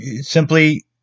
Simply